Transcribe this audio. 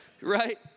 Right